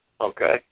Okay